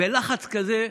בלחץ כזה.